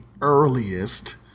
earliest